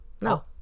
No